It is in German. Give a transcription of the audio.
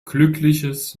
glückliches